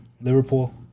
Liverpool